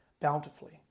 bountifully